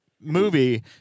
movie